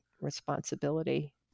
responsibility